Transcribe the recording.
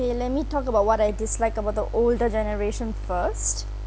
let me talk about what I dislike about the older generation first